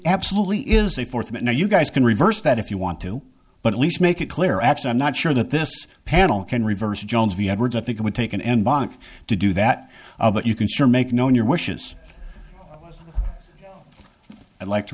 absolutely is a fourth but now you guys can reverse that if you want to but at least make it clear actually i'm not sure that this panel can reverse jones v edwards i think it would take an embryonic to do that but you can sure make known your wishes i'd like to